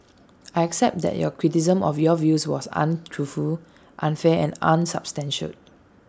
I accept that your criticism of your views was untruthful unfair and unsubstantiated